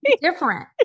different